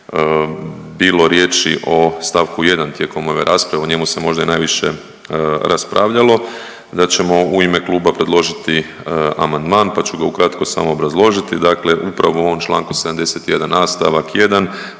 bilo riječi o stavku 1. tijekom ove rasprave, o njemu se možda i najviše raspravljalo da ćemo u ime kluba predložiti amandman, pa ću ga ukratko samo obrazložiti. Dakle, upravo u ovom Članku 71a. stavak 1.